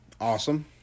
Awesome